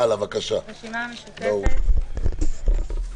הרוויזיה לא אושרה.